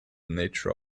nature